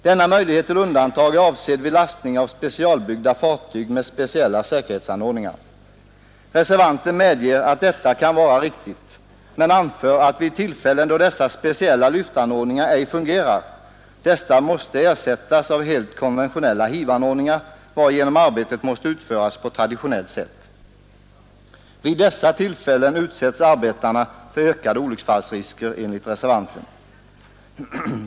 Denna möjlighet till undantag är avsedd vid lastning av specialbyggda fartyg med speciella säkerhetsanordningar. Reservanten = 54 fall av gods som medger att detta kan vara riktigt men anför att vid tillfällen då dessa = Skall inlastas å speciella lyftanordningar ej fungerar dessa måste ersättas av helt fartyg konventionella hivanordningar, varigenom arbetet måste utföras på traditionellt sätt. Vid dessa tillfällen utsätts arbetarna enligt reservanten för ökade olycksfallsrisker.